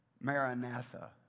Maranatha